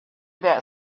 that